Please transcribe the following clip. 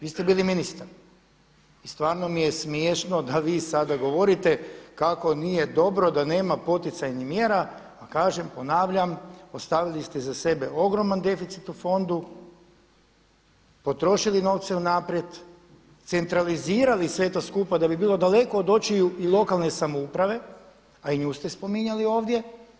Vi ste bili ministar i stvarno mi je smiješno da vi sada govorite kako nije dobro da nema poticajnih mjera, a kažem, ponavljam, ostavili ste iza sebe ogroman deficit u fondu, potrošili novce unaprijed, centralizirali sve to skupa da bi bilo daleko od očiju i lokalne samouprave, a i nju ste spominjali ovdje.